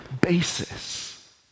basis